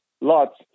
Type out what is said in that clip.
lots